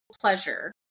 pleasure